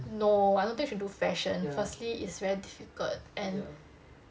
no I don't think you should do fashion firstly it's very difficult and